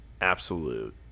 absolute